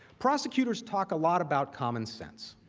prosecutors talk a lot about common sense.